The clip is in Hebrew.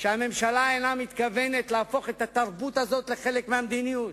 שהממשלה אינה מתכוונת להפוך את התרבות הזאת לחלק מהמדיניות.